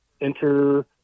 enter